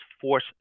force